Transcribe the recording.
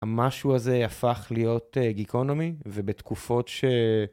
המשהו הזה הפך להיות גיקונומי, ובתקופות ש...